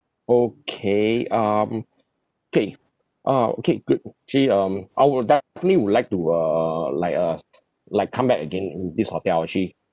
okay um K ah okay good actually um I would definitely would like to uh uh like uh like come back again in this hotel actually